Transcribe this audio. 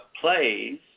plays